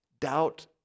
Doubt